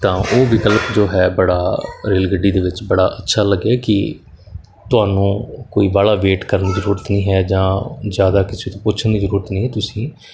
ਤਾਂ ਉਹ ਵਿਕਲਪ ਜੋ ਹੈ ਬੜਾ ਰੇਲ ਗੱਡੀ ਦੇ ਵਿੱਚ ਬੜਾ ਅੱਛਾ ਲੱਗਿਆ ਕਿ ਤੁਹਾਨੂੰ ਕੋਈ ਵਾਹਲਾ ਵੇਟ ਕਰਨ ਦੀ ਜ਼ਰੂਰਤ ਨਹੀਂ ਹੈ ਜਾਂ ਜ਼ਿਆਦਾ ਕਿਸੇ ਤੋਂ ਪੁੱਛਣ ਦੀ ਜ਼ਰੂਰਤ ਨਹੀਂ ਤੁਸੀਂ